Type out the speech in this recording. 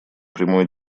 прямой